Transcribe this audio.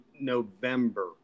November